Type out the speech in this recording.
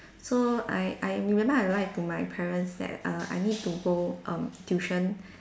so I I remember I lied to my parents that err I need to go (um)tuition